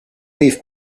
these